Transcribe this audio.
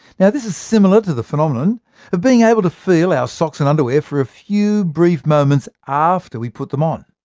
yeah this is similar to the phenomenon of being able to feel our socks and underwear for a few brief moments after we put them on.